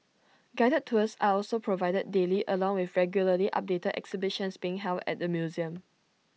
guided tours are also provided daily along with regularly updated exhibitions being held at the museum